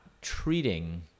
treating